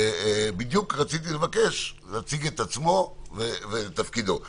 בדיוק רציתי לבקש שהוא יציג את עצמו ואת תפקידו.